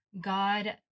God